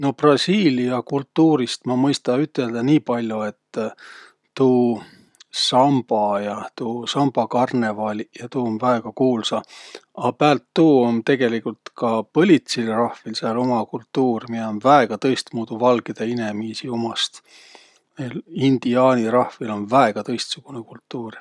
No Brasiilia kultuurist ma mõista üteldäq niipall'o, et tuu samba ja tuu sambakarnõvaliq ja tuu um väega kuulsa. A päält tuu um tegeligult ka põlitsil rahvil sääl uma kultuur, miä um väega tõstmuudu valgidõ inemiisi umast. Neil indiaani rahvil um väega tõistsugunõ kultuur.